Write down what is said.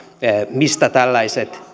mistä tällaiset